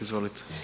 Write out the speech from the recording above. Izvolite.